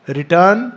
return